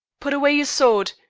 put away your sword.